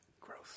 Gross